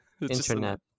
internet